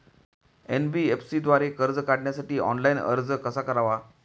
NBFC द्वारे कर्ज काढण्यासाठी ऑनलाइन अर्ज कसा करावा?